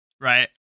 right